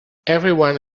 everyone